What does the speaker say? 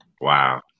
Wow